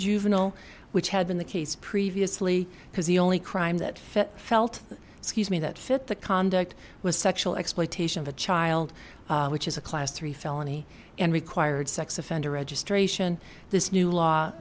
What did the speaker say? juvenile which had been the case previously because the only crime that fit felt excuse me that fit the conduct was sexual exploitation of a child which is a class three felony and required sex offender registration this new law